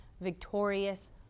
victorious